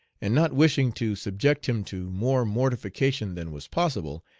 and not wishing to subject him to more mortification than was possible,